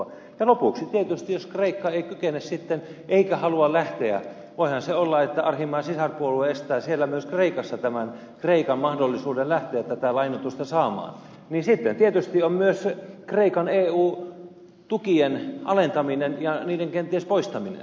ja lopuksi tietysti jos kreikka ei kykene sitten eikä halua lähteä tähän voihan se olla että arhinmäen sisarpuolue estää siellä kreikassa myös tämän kreikan mahdollisuuden lähteä tätä lainoitusta saamaan niin sitten tietysti on myös kreikan eu tukien alentaminen ja kenties niiden poistaminen